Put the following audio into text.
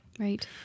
Right